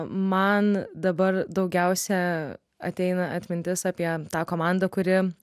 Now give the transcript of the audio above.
man dabar daugiausia ateina atmintis apie tą komandą kuri